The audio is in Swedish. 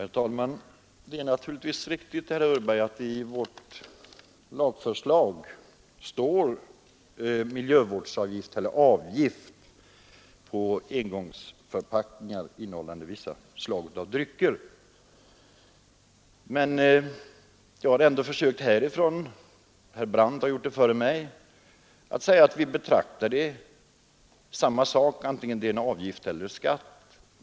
Herr talman! Det är naturligtvis riktigt, herr Hörberg, att det i vårt lagförslag står ”avgift” på engångsförpackningar innehållande vissa slag av drycker, men jag har försökt säga här ifrån talarstolen — och herr Brandt har gjort det före mig — att vi betraktar det som samma sak, vare sig man kallar det avgift eller skatt.